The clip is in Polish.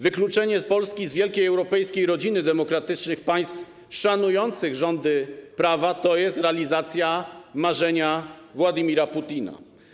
Wykluczenie Polski z wielkiej europejskiej rodziny demokratycznych państw szanujących rządy prawa to jest realizacja marzenia Władimira Putina.